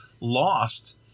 Lost